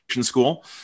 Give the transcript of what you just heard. school